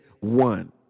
one